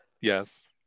Yes